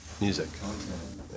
music